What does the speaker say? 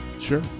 Sure